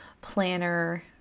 planner